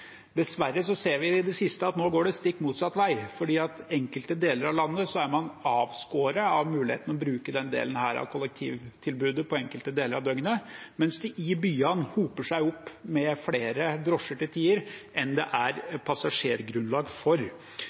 Dessverre har vi i det siste sett at det går stikk motsatt vei, for i enkelte deler av landet er man avskåret fra muligheten til å bruke denne delen av kollektivtilbudet i enkelte deler av døgnet, mens det i byene til tider hoper seg opp med flere drosjer enn det er passasjergrunnlag for.